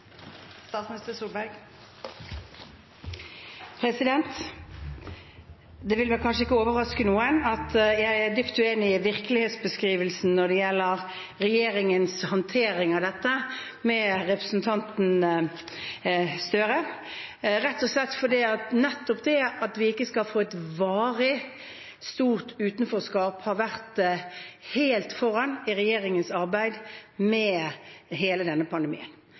Det vil vel kanskje ikke overraske noen at jeg er dypt uenig med representanten Gahr Støre i virkelighetsbeskrivelsen når det gjelder regjeringens håndtering av dette, rett og slett fordi at nettopp det at vi ikke skal få et varig stort utenforskap, har vært helt foran i regjeringens arbeid under hele denne pandemien.